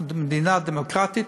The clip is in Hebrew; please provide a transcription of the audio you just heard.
אנחנו מדינה דמוקרטית,